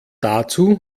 dazu